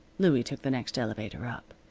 louie took the next elevator up.